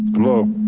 love